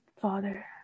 Father